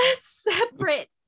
separate